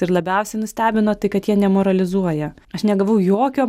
ir labiausiai nustebino tai kad jie nemoralizuoja aš negavau jokio